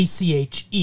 ACHE